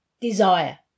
desire